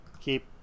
keep